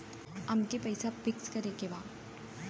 अमके पैसा फिक्स करे के बा?